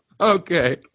okay